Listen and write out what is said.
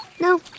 No